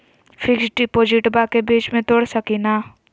Fix डिपोजिटबा के बीच में तोड़ सकी ना?